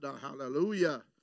Hallelujah